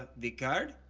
the card?